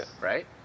Right